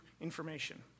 information